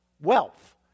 wealth